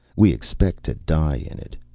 we expect to die in it.